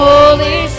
Holy